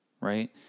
right